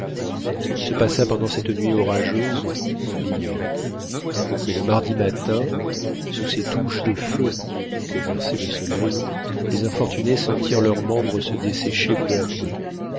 ce qui se passa pendant cette nuit orageuse on l'ignore mais le mardi matin sous ces douches de feu que versait le soleil les infortunés sentirent leurs membres se dessécher peu à peu